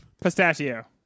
pistachio